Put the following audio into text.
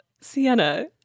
Sienna